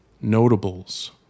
notables